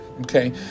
okay